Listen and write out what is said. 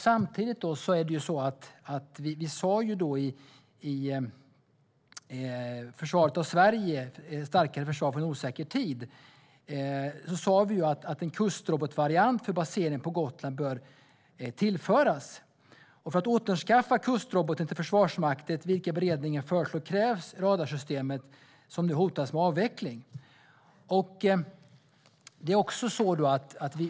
Samtidigt sa vi i Försvaret av Sverige - Starkare försvar för en osäker tid att en kustrobotvariant för placering på Gotland bör tillföras. För att återskaffa kustroboten till Försvarsmakten, vilket beredningen föreslår, krävs det radarsystem som nu hotas med avveckling.